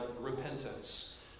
repentance